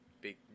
big